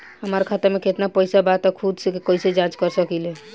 हमार खाता में केतना पइसा बा त खुद से कइसे जाँच कर सकी ले?